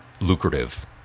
lucrative